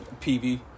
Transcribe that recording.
PV